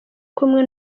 kumwe